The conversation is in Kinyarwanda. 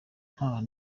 nta